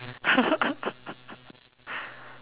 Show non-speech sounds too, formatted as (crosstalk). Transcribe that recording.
(laughs)